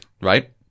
right